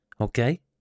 Okay